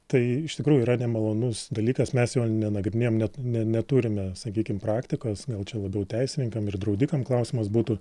tai iš tikrųjų yra nemalonus dalykas mes jo nenagrinėjam ne ne neturime sakykim praktikos gal čia labiau teisininkam ir draudikam klausimas būtų